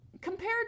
compared